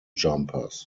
jumpers